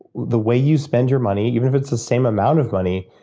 the way you spend your money, even if it's the same amount of money,